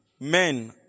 men